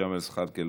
ג'מאל זחאלקה,